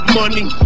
money